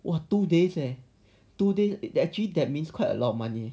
!wah! two days eh two day actually that means quite a lot of money